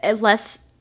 less